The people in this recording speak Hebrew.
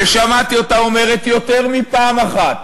ושמעתי אותה אומרת יותר מפעם אחת